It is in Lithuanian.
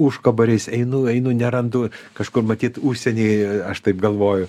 užkaboriais einu einu nerandu kažkur matyt užsienyje aš taip galvoju